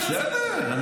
בסדר.